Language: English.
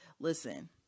listen